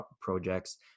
projects